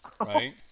right